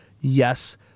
yes